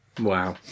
wow